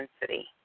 intensity